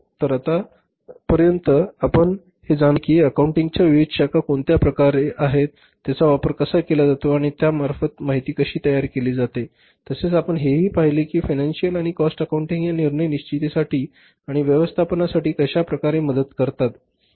तर आता पर्यंत आपण हे जाणून घेतले कि अकाउंटिंग च्या विविध शाखा कोणत्या आहेत त्यांचा वापर कसा केला जातो आणि त्या मार्फत माहिती कशी तयार केली जाते तसेच आपण हे हि पहिले कि फीनंसिअल आणि कॉस्ट अकाउंटिंग ह्या निर्णय निश्चिती साठी आणि ववस्थापना साठी कश्या प्रकारे मदत करतात